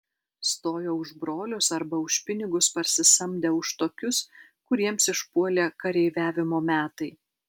stojo už brolius arba už pinigus parsisamdę už tokius kuriems išpuolė kareiviavimo metai